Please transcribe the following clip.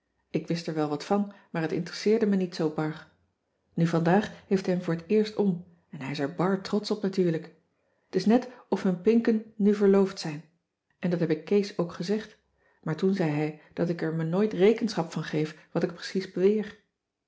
wat van maar het interesseerde me niet zoo bar nu vandaag heeft hij hem voor t eerst om en hij is er bar trotsch op natuurlijk t is net of hun pinken nu verloofd zijn en dat heb ik kees ook gezegd maar toen zei hij dat ik er me nooit rekenschap van geef wat ik precies beweer